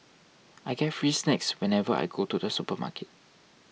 I get free snacks whenever I go to the supermarket